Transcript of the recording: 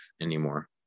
anymore